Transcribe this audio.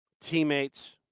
Teammates